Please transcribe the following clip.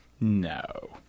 no